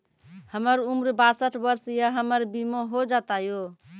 हमर उम्र बासठ वर्ष या हमर बीमा हो जाता यो?